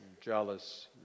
jealous